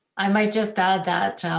i might just add that